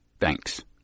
Thanks